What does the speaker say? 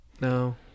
No